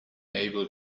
able